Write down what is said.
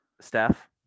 staff